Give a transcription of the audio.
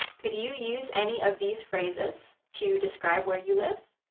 could you use any of these phrases to describe where you live?